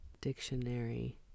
dictionary